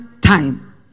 time